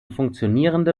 funktionierende